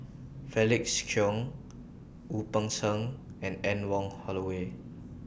Felix Cheong Wu Peng Seng and Anne Wong Holloway